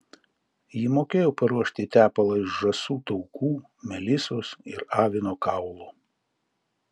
ji mokėjo paruošti tepalą iš žąsų taukų melisos ir avino kaulų